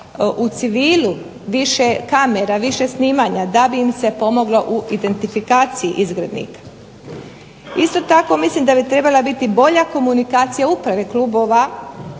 u civilu, više kamera, više snimanja da bi im se pomoglo u identifikaciji izglednika. Isto tako mislim da bi trebala biti bolja komunikacija uprave klubova